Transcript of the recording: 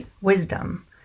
wisdom